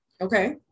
Okay